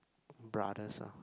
brothers ah